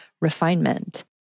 refinement